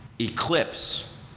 eclipse